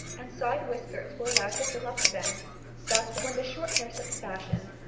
and side whiskers were allowed to fill up to them thus when the short hair set the fashion,